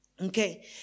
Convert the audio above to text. Okay